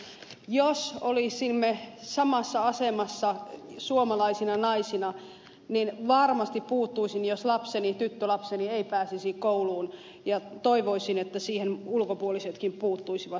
jos olisimme samassa asemassa suomalaisina naisina niin varmasti puuttuisin jos lapseni tyttölapseni ei pääsisi kouluun ja toivoisin että siihen ulkopuolisetkin puuttuisivat